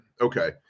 okay